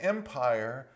Empire